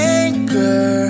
anchor